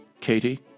Katie